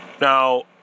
Now